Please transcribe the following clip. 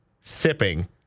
sipping